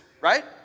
right